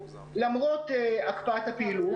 למרות הקפאת הפעילות,